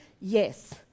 yes